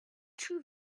true